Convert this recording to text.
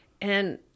and-